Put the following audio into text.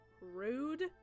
rude